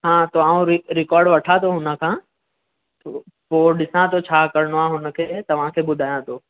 हा तव्हां जो रि रिकॉर्ड वठां थो हुन खां पोइ ॾिसां थो छा करिणो आहे हुन खे तव्हांखे ॿुधायां थो